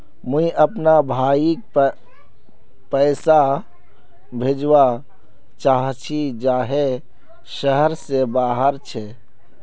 मुई अपना भाईक पैसा भेजवा चहची जहें शहर से बहार छे